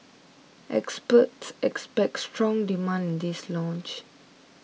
experts expect strong demand in this launch